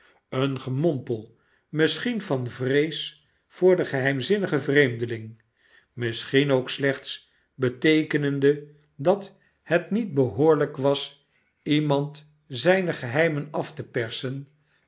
een gemompel misschien van vrees voor den geheimzinmven vreemdeling misschien ook slechts beteekenende dat het niet behoorhjk was iemand zijne geheimen af te persen